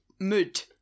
mood